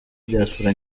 diaspora